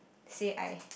say I